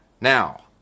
Now